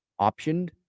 optioned